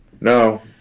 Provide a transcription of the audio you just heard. No